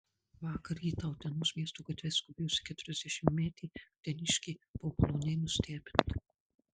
vakar rytą utenos miesto gatve skubėjusi keturiasdešimtmetė uteniškė buvo maloniai nustebinta